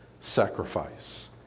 sacrifice